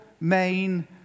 main